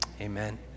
Amen